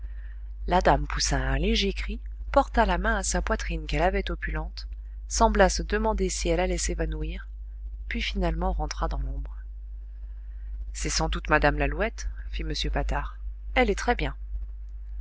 la dame poussa un léger cri porta la main à sa poitrine qu'elle avait opulente sembla se demander si elle allait s'évanouir puis finalement rentra dans l'ombre c'est sans doute mme lalouette fit m patard elle est très bien